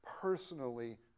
personally